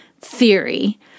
theory